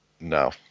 No